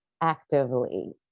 actively